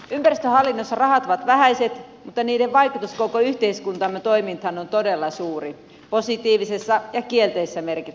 ympäristöhallinnossa rahat ovat vähäiset mutta niiden vaikutus koko yhteiskuntamme toimintaan on todella suuri positiivisessa ja kielteisessä merkityksessä